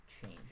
change